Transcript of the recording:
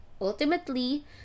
Ultimately